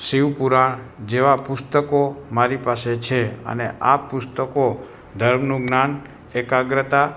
શિવપૂરાણ જેવા પુસ્તકો મારી પાસે છે અને આ પુસ્તકો ધર્મનું જ્ઞાન એકાગ્રતા